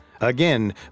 Again